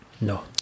No